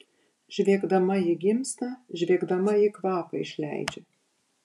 žviegdama ji gimsta žviegdama ji kvapą išleidžia